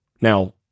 Now